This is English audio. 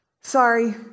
sorry